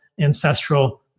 ancestral